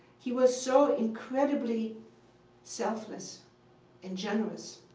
he was so incredibly selfless and generous.